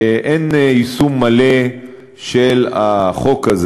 אין יישום מלא של החוק הזה.